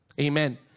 Amen